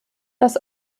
das